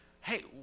hey